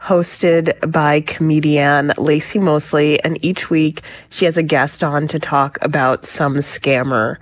hosted by comedienne lacey mostly and each week she has a guest on to talk about some scammer.